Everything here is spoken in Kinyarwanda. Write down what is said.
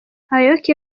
abayoboke